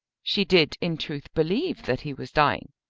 she did in truth believe that he was dying.